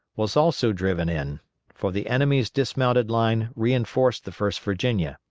was also driven in for the enemy's dismounted line reinforced the first virginia.